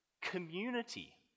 community